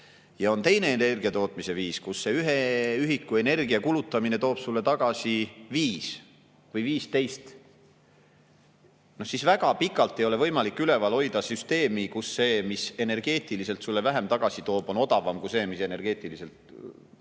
ja on teine energiatootmise viis, kus 1 ühiku energia kulutamine toob sulle tagasi 5 või 15, siis väga pikalt ei ole võimalik üleval hoida süsteemi, kus see, mis energeetiliselt sulle vähem tagasi toob, on odavam kui see, mis energeetiliselt